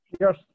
Yes